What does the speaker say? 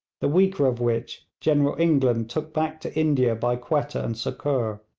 the weaker of which general england took back to india by quetta and sukkur,